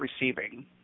receiving